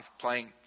playing